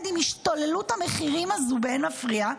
עם השתוללות המחירים הזו באין מפריע.